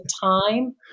time